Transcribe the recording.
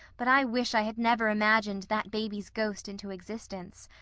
but i wish i had never imagined that baby's ghost into existence.